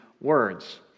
words